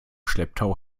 schlepptau